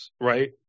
right